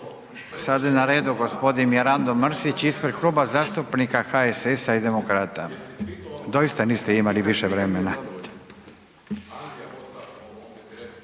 sada je na redu g. Mirando Mrsić ispred Kluba zastupnika HSS-a i Demokrata, doista niste imali više vremena.